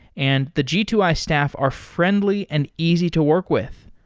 and the g two i staff are friendly and easy to work with.